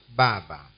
baba